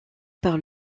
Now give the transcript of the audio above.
par